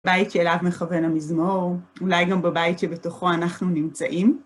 בית שאליו מכוון המזמור, אולי גם בבית שבתוכו אנחנו נמצאים.